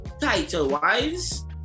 title-wise